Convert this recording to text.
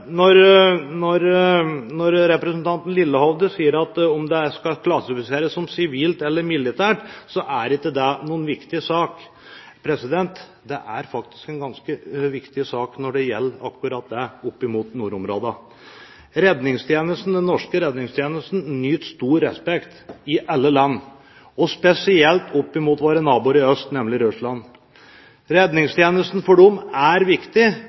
Representanten Lillehovde sier at om de skal klassifiseres som sivile eller militære, er ikke noen viktig sak. Jo, det er faktisk en ganske viktig sak når det gjelder akkurat opp mot nordområdene. Den norske redningstjenesten nyter stor respekt i alle land, og spesielt hos våre naboer i øst, nemlig Russland. Redningstjenesten for dem er viktig.